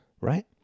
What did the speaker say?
right